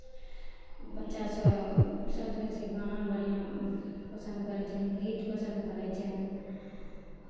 बच्चासभ सभसँ बेसी गाना बढ़िआँ पसन्द करै छै गीत पसन्द करै छै